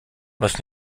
was